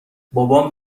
بابام